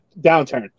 downturn